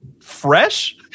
fresh